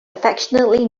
affectionately